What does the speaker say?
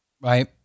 Right